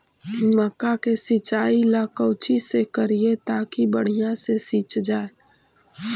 मक्का के सिंचाई ला कोची से करिए ताकी बढ़िया से सींच जाय?